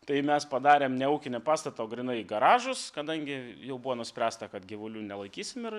tai mes padarėm ne ūkinį pastatą o grynai garažus kadangi jau buvo nuspręsta kad gyvulių nelaikysim ir